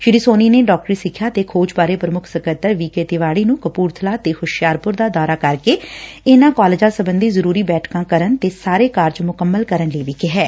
ਸੂੀ ਸੋਨੀ ਨੇ ਡਾਕਟਰੀ ਸਿੱਖਿਆ ਤੇ ਖੋਜ ਬਾਰੇ ਪ੍ਮੁੱਖ ਸਕੱਤਰ ਵੀ ਕੇ ਤਿਵਾਤੀ ਨੇ ਕਪੁਰਬਲਾ ਤੇ ਹੁਸ਼ਿਆਰਪੁਰ ਦਾ ਦੌਰਾ ਕਰਕੇ ਇਨੂਾ ਕਾਲਜਾਂ ਸਬੰਧੀ ਜ਼ਰੁਰੀ ਬੈਠਕਾਂ ਕਰਨ ਤੇ ਸਾਰੇ ਕਾਰਜ ਮੁਕੰਮਲ ਕਰਨ ਲਈ ਵੀ ਕਿਹੈ